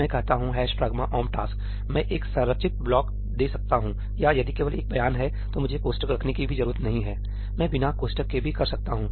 मैं कहता हूं ' pragma omp task' मैं एक संरचित ब्लॉक दे सकता हूं या यदि केवल एक बयान है तो मुझे कोष्ठक रखने की भी जरूरत नहीं हैसही है मैं बिना कोष्ठक के भी कर सकता हूं